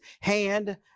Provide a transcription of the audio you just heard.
hand